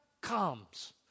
comes